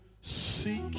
seek